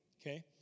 okay